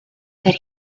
that